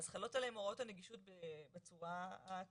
אז חלות עליהם הוראות הנגישות בצורה הכללית,